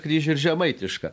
kryžių ir žemaitišką